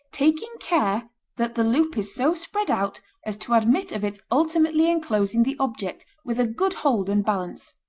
taking care that the loop is so spread out as to admit of its ultimately enclosing the object with a good hold and balance.